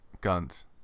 guns